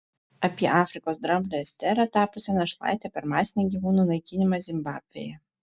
apie afrikos dramblę esterą tapusią našlaite per masinį gyvūnų naikinimą zimbabvėje